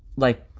like